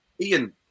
Ian